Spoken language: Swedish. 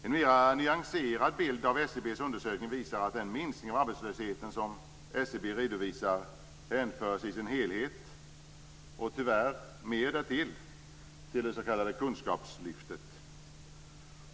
En mera nyanserad bild av SCB:s undersökning visar att den minskning av arbetslösheten som SCB redovisar hänförs i sin helhet - och tyvärr mer därtill - till det s.k. kunskapslyftet.